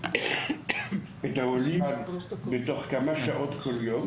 את העולים למשך כמה שעות כל יום.